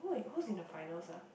who's in the finals ah